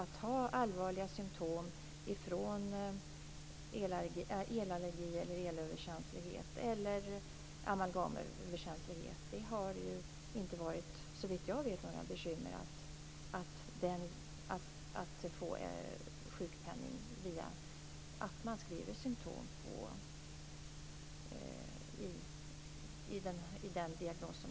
Vid allvarliga symtom när det gäller elallergi, elöverkänslighet eller amalgamöverkänslighet har det, såvitt jag vet, inte varit några bekymmer med att få sjukpenning om det står "symtom" i diagnosen.